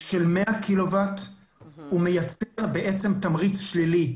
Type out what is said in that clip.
של 100 קילוואט מייצר תמריץ שלילי.